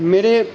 میرے